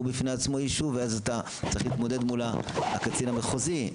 הוא בפני עצמו עניין ואז אתה צריך להתמודד מול הקצין המחוזי,